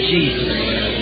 Jesus